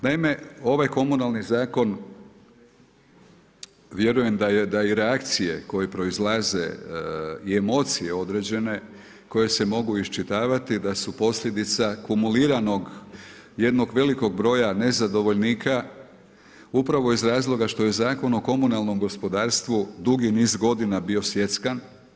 Naime, ovaj komunalni zakon vjerujem da i reakcije koje proizlaze i emocije određene koje se mogu iščitavati da su posljedica kumuliranog jednog velikog broja nezadovoljnika upravo iz razloga što je Zakon o komunalnom gospodarstvu dugi niz godina bio sjeckan.